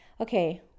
okay